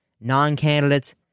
non-candidates